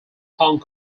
hong